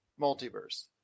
Multiverse